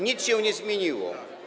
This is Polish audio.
Nic się nie zmieniło.